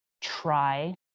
try